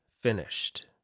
finished